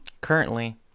currently